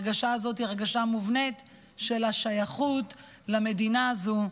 ההרגשה הזאת היא הרגשה מובנית של השייכות למדינה הזאת,